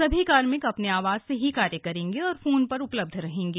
सभी कार्मिक अपने आवास से कार्य करेंगे और फोन पर उपलब्ध रहेंगे